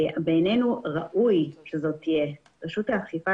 בעיננו ראוי שזו תהיה רשות האכיפה